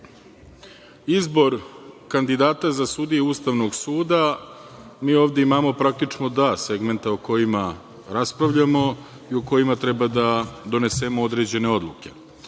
izbor kandidata za sudije Ustavnog suda, mi ovde imamo praktično dva segmenta o kojima raspravljamo i o kojima treba da donesemo određene odluke.